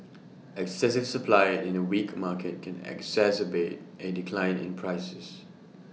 excessive supply in A weak market can exacerbate A decline in prices